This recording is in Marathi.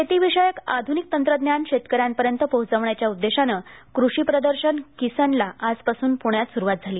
शेतीविषयक आध्निक तंत्रज्ञान शेतकऱ्यांपर्यंत पोहोचविण्याच्या उद्देशानं क्रषी प्रदर्शन किसनला आजपासून प्ण्यात सुरुवात झाली